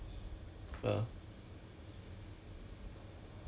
where where where are you looking at then Ivan 讲 I'm not gonna tell you